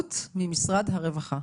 השירות ממשרד הרווחה.